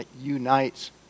unites